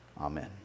amen